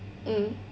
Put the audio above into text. mm